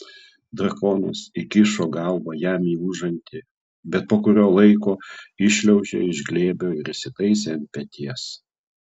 drakonas įkišo galvą jam į užantį bet po kurio laiko iššliaužė iš glėbio ir įsitaisė ant peties